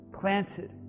Planted